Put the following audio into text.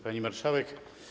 Pani Marszałek!